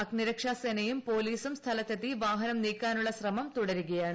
അഗ്നിരക്ഷാസേനയും പൊലീസും സ്ഥലത്തെത്തി വാഹനം നീക്കാനുള്ള ശ്രമം തുടരുകയാണ്